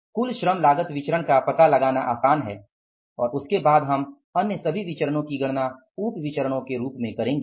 कुल श्रम लागत विचरण का पता लगाना आसान है और उसके बाद हम अन्य सभी विचरणो की गणना उप विचरणो के रूप में करेंगे